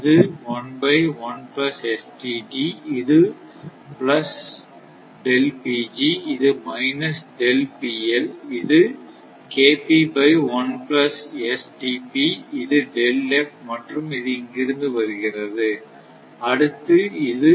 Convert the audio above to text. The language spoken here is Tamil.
இது இது பிளஸ் இது மைனஸ் இது இது மற்றும் இது இங்கிருந்து வருகிறது அடுத்து இது